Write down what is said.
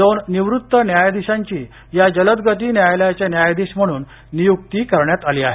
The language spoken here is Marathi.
दोन निवृत्त न्यायाधिशांची या जलदगती न्यायालयाचे न्यायाधीश म्हणून नियुक्ती करण्यात आली आहे